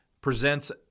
presents